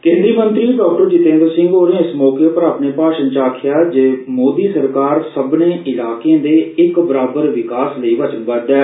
केन्द्री मंत्री डॉ जितेन्द्र सिंह होरें इस मौके पर अपने भाषण च आक्खेआ जे मोदी सरकार सब्बने इलाकें दे इक बराबर विकास लेई वचनबद्व ऐ